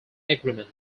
agreement